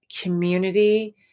community